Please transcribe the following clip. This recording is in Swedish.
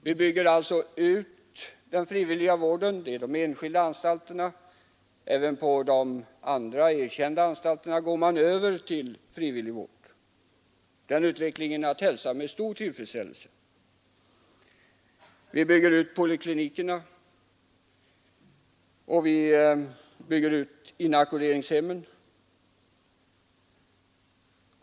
Vi bygger alltså ut den frivilliga vården, de enskilda anstalterna har ökat i antal, och även på de andra, erkända anstalterna går man över till frivillig vård. Den utvecklingen är att hälsa med stor tillfredsställelse. Vi bygger ut poliklinikerna, och vi bygger ut inackorderingshemmen.